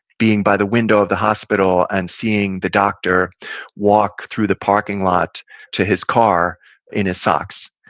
being by the window of the hospital and seeing the doctor walk through the parking lot to his car in his socks.